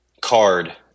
card